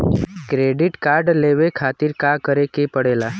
Credit card लेवे खातिर का करे के पड़ेला?